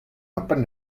open